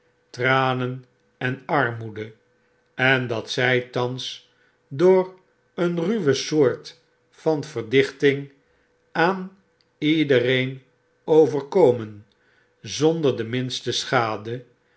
tranen en armoede en dat zij thans door een ruwe soort van verdichting aan iedereen overkomen zonder de minste schade